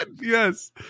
Yes